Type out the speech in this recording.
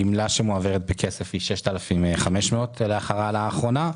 הגמלה שמועברת בכסף היא 6,500 לאחר ההעלאה האחרונה,